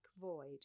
void